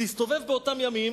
שהסתובב באותם ימים